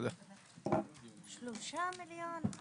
הישיבה ננעלה בשעה 12:55.